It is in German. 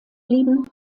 blieben